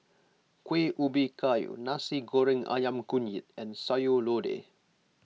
Kueh Ubi Kayu Nasi Goreng Ayam Kunyit and Sayur Lodeh